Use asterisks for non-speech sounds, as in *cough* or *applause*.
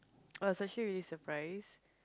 *noise* I was actually really surprised